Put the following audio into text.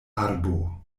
arbo